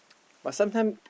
but sometime